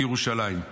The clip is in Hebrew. לירושלים.